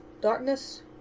darkness